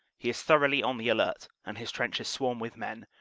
he is thoroughly on the alert and his trenches swarm with men,